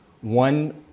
one